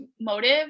motive